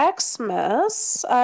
Xmas